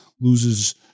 loses